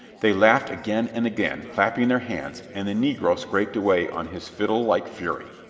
they laughed again and again, clapping their hands, and the negro scraped away on his fiddle like fury.